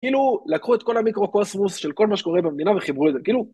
כאילו, לקחו את כל המיקרו-קוסמוס של כל מה שקורה במדינה וחיברו לזה, כאילו...